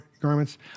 garments